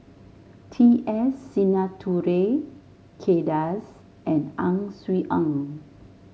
T S Sinnathuray Kay Das and Ang Swee Aun